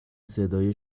صدای